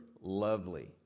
lovely